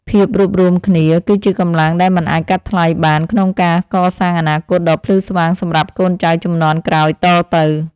ភាពរួបរួមគ្នា គឺជាកម្លាំងដែលមិនអាចកាត់ថ្លៃបានក្នុងការកសាងអនាគតដ៏ភ្លឺស្វាងសម្រាប់កូនចៅជំនាន់ក្រោយតទៅ។